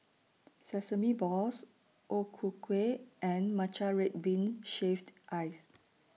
Sesame Balls O Ku Kueh and Matcha Red Bean Shaved Ice